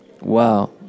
Wow